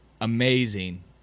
amazing